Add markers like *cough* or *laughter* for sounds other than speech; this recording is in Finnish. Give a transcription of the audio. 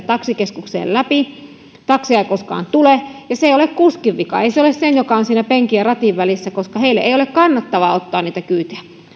*unintelligible* taksikeskukseen läpi eikä taksia koskaan tule se ei ole kuskin vika ei se ole sen vika joka on siinä penkin ja ratin välissä koska heille ei ole kannattavaa ottaa niitä kyytejä myös